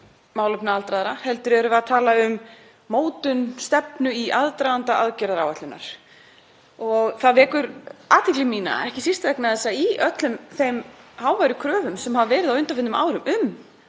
málefnum aldraðra heldur erum við að tala um mótun stefnu í aðdraganda aðgerðaáætlunar. Það vekur athygli mína, ekki síst vegna þess að í öllum þeim háværu kröfum sem hafa verið á undanförnum árum um